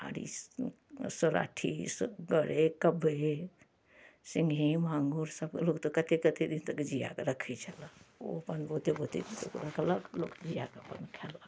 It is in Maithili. बुआरी सौराठी सब गरै कबै सिंघी मांगुर सबके लोक तऽ कते कते दिन तक जिया कऽ रखै छलऽ ओ अपन बहुते बहुते दिन तक रखलक लोक जिया कऽ अपन खेलक